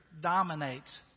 dominates